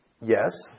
yes